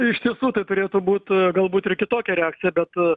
iš tiesų tai turėtų būt galbūt ir kitokia reakcija bet